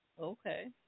Okay